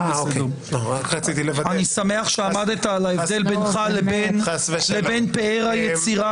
אני שמח שעמדת על ההבדל בינך לבין פאר היצירה